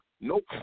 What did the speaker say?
Nope